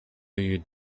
you